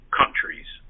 countries